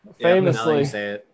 famously